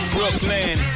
Brooklyn